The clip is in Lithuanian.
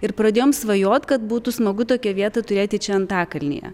ir pradėjom svajot kad būtų smagu tokią vietą turėti čia antakalnyje